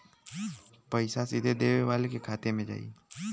पइसा सीधे देवे वाले के खाते में जाई